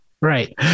Right